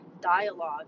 dialogue